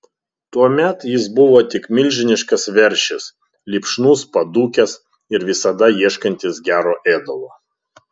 tuomet jis buvo tik milžiniškas veršis lipšnus padūkęs ir visada ieškantis gero ėdalo